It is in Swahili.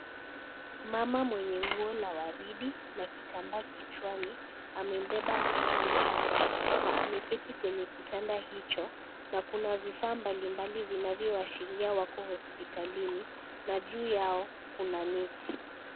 Mama mwenye nguo la waridi na kitambaa kichwani amembeba mtoto mchanga na ameketi kwenye kitanda hicho na kuna vifaa mbali mbali vinavyo ashiria wako hospitalini na juu yao kuna neti.